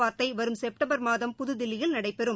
வார்த்தை வரும் செப்டம்பர் மாதம் புதுதில்லியில் நடைபெறும்